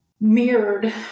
mirrored